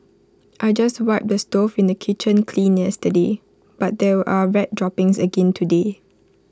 I just wiped the stove in the kitchen clean yesterday but there are rat droppings again today